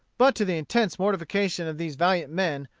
but to the intense mortification of these valiant men,